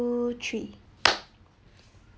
three